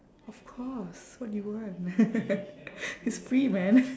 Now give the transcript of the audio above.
of course what do you want it's free man